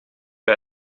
bij